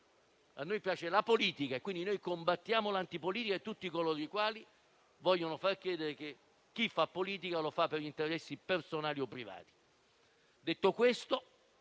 a noi piace la politica, pertanto combattiamo l'antipolitica e tutti coloro i quali vogliono far credere che chi fa politica lo fa per interessi personali o privati.